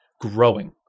growing